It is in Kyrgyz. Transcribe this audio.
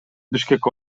бишкек